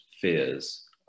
fears